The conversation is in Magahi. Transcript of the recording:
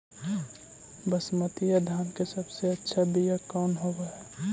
बसमतिया धान के सबसे अच्छा बीया कौन हौब हैं?